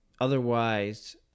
otherwise